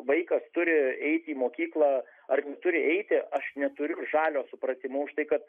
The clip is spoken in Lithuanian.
vaikas turi eiti į mokyklą ar turi eiti aš neturiu žalio supratimo už tai kad